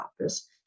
office